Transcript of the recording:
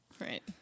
Right